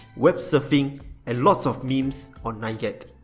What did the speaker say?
web surfing and lots of memes on nine gag.